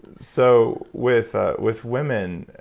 so with ah with women,